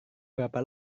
berapa